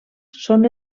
són